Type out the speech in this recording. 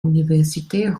universität